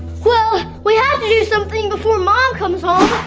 well, we have to do something before mom comes home.